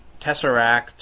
tesseract